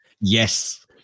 Yes